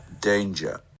Danger